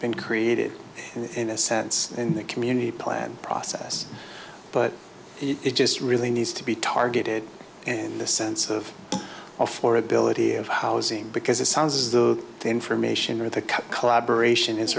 been created in a sense in the community plan process but it just really needs to be targeted in the sense of affordability of housing because it sounds as though the information or the collaboration is